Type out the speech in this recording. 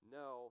no